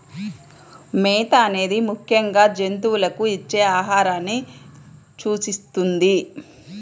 మేత అనేది ముఖ్యంగా జంతువులకు ఇచ్చే ఆహారాన్ని సూచిస్తుంది